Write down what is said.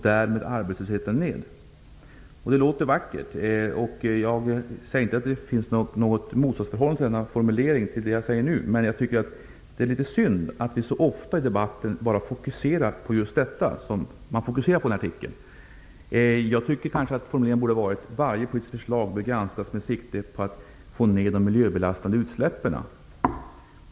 Därmed går arbetslösheten ned. Det låter vackert. Jag säger inte att det finns något motsatsförhållande i denna formulering till det jag säger nu, men det är synd att vi så ofta fokuserar på just detta i debatten. Jag tycker att formuleringen borde ha varit: Varje politiskt förslag bör granskas med sikte på att få ner de miljöbelastande utsläppen.